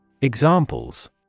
Examples